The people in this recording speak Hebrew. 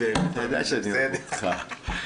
שאני אוהב אותך.